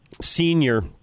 senior